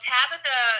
Tabitha